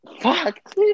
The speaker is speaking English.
fuck